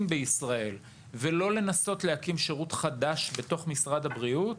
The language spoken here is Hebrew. בישראל ולא מנסים להקים שירות חדש בתוך משרד הבריאות,